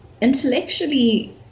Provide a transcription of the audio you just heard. intellectually